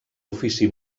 ofici